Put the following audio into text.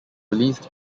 released